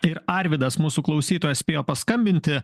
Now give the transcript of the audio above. ir arvydas mūsų klausytojas spėjo paskambinti